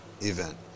event